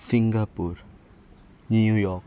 Singapore New York